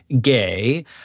gay